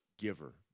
giver